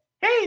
Hey